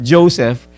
Joseph